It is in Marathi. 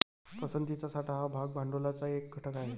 पसंतीचा साठा हा भाग भांडवलाचा एक घटक आहे